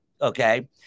Okay